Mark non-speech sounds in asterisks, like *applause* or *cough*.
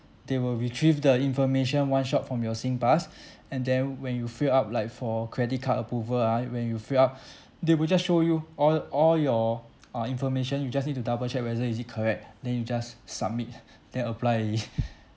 they will retrieve the information one shot from your singpass and then when you fill up like for credit card approval ah when you free up they will just show you all all your *noise* uh information you just need to double check whether is it correct then you just submit then apply *laughs*